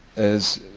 as